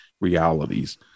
realities